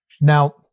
now